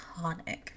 iconic